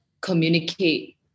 communicate